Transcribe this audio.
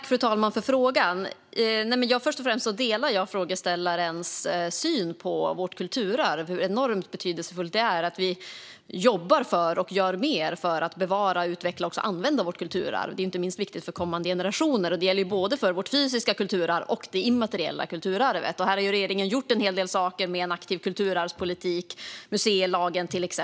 Fru talman! Jag tackar för frågan. Först och främst delar jag frågeställarens syn på vårt kulturarv. Det är enormt betydelsefullt att vi jobbar för och gör mer för att bevara, utveckla och också använda vårt kulturarv. Det är inte minst viktigt för kommande generationer. Det gäller både vårt fysiska kulturarv och det immateriella kulturarvet. Regeringen har gjort en hel del saker, med en aktiv kulturarvspolitik, till exempel museilagen.